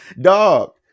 Dog